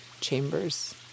chambers